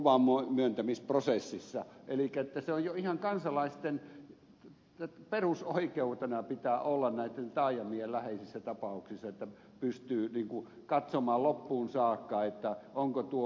elikkä sen pitää olla jo ihan kansalaisten perusoikeutena näitten taajamien läheisissä tapauksissa että pystyy katsomaan loppuun saakka onko tuo luontoarvo pakko menettää